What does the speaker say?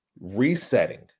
resetting